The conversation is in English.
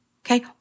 Okay